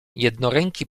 jednoręki